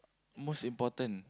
most important